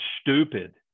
stupid